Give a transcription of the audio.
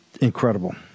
Incredible